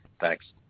Thanks